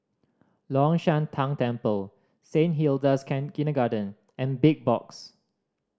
Long Shan Tang Temple Saint Hilda's Kindergarten and Big Box